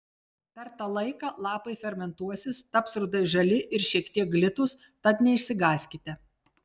per tą laiką lapai fermentuosis taps rudai žali ir šiek tiek glitūs tad neišsigąskite